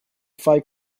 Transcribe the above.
fight